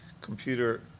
computer